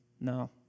No